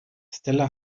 stella